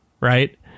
right